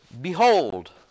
behold